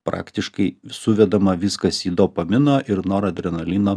praktiškai suvedama viskas į dopamino ir noradrenalino